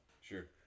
Sure